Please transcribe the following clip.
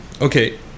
Okay